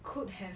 could have